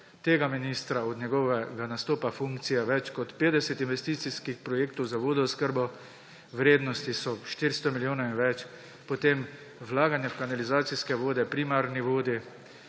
tega ministra, od njegovega nastopa funkcije, več kot 50 investicijskih projektov za vodooskrbo – vrednosti so 400 milijonov in več. Potem vlaganja v kanalizacijske vode, primarni vodi,